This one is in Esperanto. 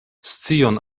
scion